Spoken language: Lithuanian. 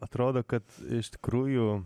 atrodo kad iš tikrųjų